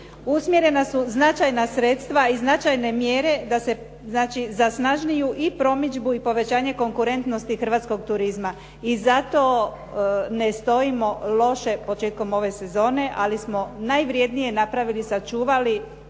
Usmjerena su značajna sredstva i značajne mjere da se znači za snažniju i promidžbu i povećanje konkurentnosti hrvatskog turizma. I zato ne stojimo loše početkom ove sezone ali smo najvrjednije napravili, sačuvali